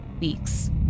weeks